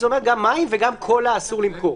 זה אומר שגם מים וגם קולה אסור למכור.